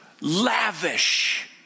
lavish